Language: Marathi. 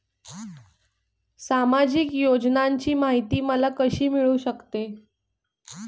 सामाजिक योजनांची माहिती मला कशी मिळू शकते?